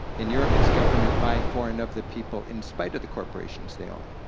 in europe it's government by, for, and of the people in spite of the corporations they own.